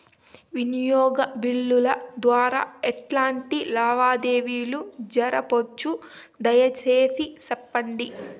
వినియోగ బిల్లుల ద్వారా ఎట్లాంటి లావాదేవీలు జరపొచ్చు, దయసేసి సెప్పండి?